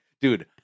dude